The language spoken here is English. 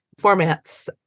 formats